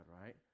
right